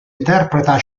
interpreta